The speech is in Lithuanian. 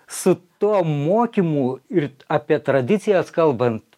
su tuo mokymu ir apie tradicijas kalbant